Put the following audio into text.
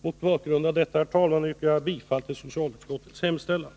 Mot bakgrund av det anförda yrkar jag bifall till socialutskottets hemställan.